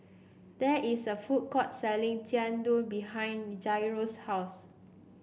there is a food court selling Jian Dui behind Jairo's house